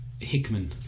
Hickman